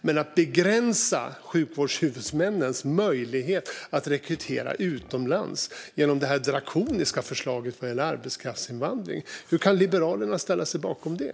Men att begränsa sjukvårdshuvudmännens möjlighet att rekrytera utomlands genom det här drakoniska förslaget när det gäller arbetskraftsinvandring - hur kan Liberalerna ställa sig bakom det?